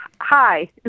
Hi